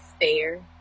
fair